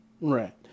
Right